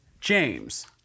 James